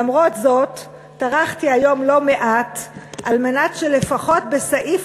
למרות זאת טרחתי היום לא מעט כדי שלפחות בסעיף